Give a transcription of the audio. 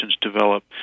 develop